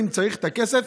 אם צריך את הכסף,